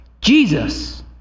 Jesus